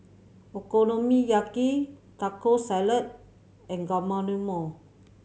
Okonomiyaki Taco Salad and Guacamole